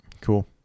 cool